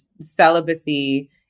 celibacy